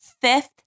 fifth